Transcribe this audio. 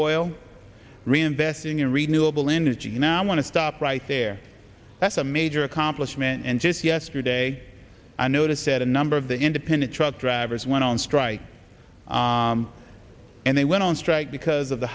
oil reinvesting in renewable energy and i want to stop right there that's a major accomplishment and just yesterday i noticed said a number of the independent truck drivers went on strike and they went on strike because of the